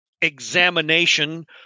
examination